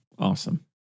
Awesome